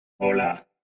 Hola